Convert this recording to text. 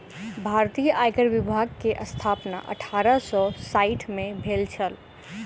भारतीय आयकर विभाग के स्थापना अठारह सौ साइठ में भेल छल